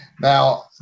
Now